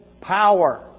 power